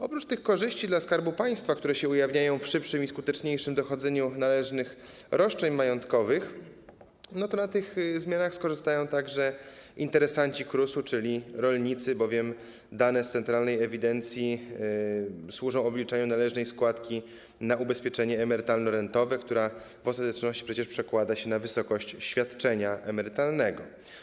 Oprócz tych korzyści dla Skarbu Państwa, które ujawniają się w szybszym i skuteczniejszym dochodzeniu należnych roszczeń majątkowych, na tych zmianach skorzystają także interesanci KRUS-u, czyli rolnicy, bowiem dane z centralnej ewidencji służą obliczaniu należnej składki na ubezpieczenie emerytalno-rentowe, która w ostateczności przecież przekłada się na wysokość świadczenia emerytalnego.